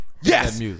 Yes